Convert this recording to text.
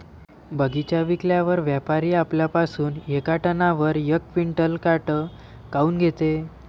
बगीचा विकल्यावर व्यापारी आपल्या पासुन येका टनावर यक क्विंटल काट काऊन घेते?